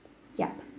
yup